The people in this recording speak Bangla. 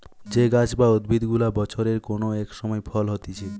যে গাছ বা উদ্ভিদ গুলা বছরের কোন এক সময় ফল হতিছে